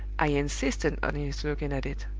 i insisted on his looking at it.